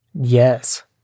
Yes